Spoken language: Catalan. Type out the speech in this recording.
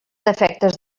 defectes